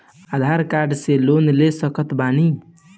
आधार card से loan ले सकत बणी?